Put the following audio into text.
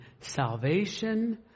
salvation